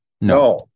No